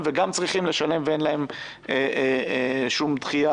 וגם צריכים לשלם ואין להם שום דחייה.